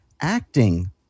acting